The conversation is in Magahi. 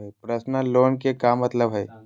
पर्सनल लोन के का मतलब हई?